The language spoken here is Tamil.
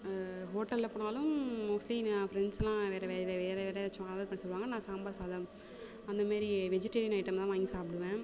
ஹோட்டலில் போனாலும் மோஸ்ட்லி என் ஃப்ரெண்ட்ஸ்லாம் வேறே வேறே வேறே வேறே எதாச்சும் ஆர்டர் பண்ண சொல்லுவாங்க நான் சாம்பார் சாதம் அந்த மாதிரி வெஜிடேரியன் ஐட்டம் தான் வாங்கி சாப்பிடுவேன்